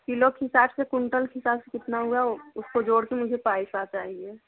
kilo के हिसाब से कुंटल के हिसाब से कितना हुआ उसको जोड़कर मुझे पैसा चाहिए